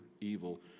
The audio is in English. evil